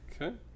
Okay